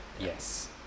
Yes